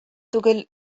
түгел